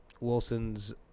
Wilson's